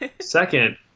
Second